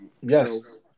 Yes